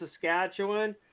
Saskatchewan